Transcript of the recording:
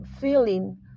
feeling